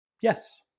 yes